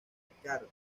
ricardo